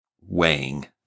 weighing